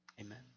Amen